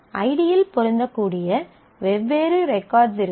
ஐடியில் பொருந்தக்கூடிய வெவ்வேறு ரெக்கார்ட்ஸ் இருக்கும்